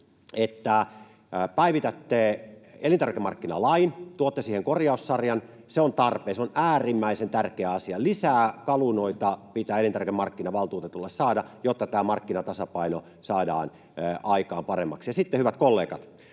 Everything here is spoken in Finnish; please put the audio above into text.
että päivitätte elintarvikemarkkinalain, tuotte siihen korjaussarjan. Se on tarpeen, se on äärimmäisen tärkeä asia. Lisää kaluunoita pitää elintarvikemarkkinavaltuutetulle saada, jotta tämä markkinatasapaino saadaan paremmaksi. Ja sitten, hyvät kollegat,